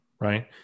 right